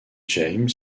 james